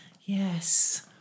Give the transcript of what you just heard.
Yes